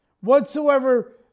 Whatsoever